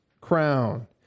crown